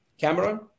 Cameron